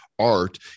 Art